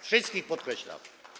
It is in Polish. Wszystkich, podkreślam.